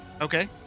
Okay